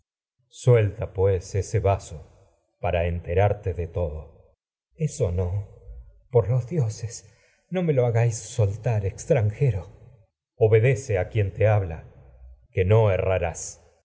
suelta pues ese vaso para enterarte de eso no por los dioses no me lo hagas soltar extranjero orestes rás obedece a quien te habla que no erra